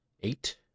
eight